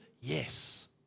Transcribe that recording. Yes